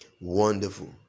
wonderful